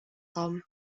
tom